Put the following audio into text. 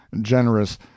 generous